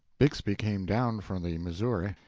bixby came down from the missouri,